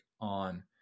on